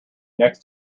next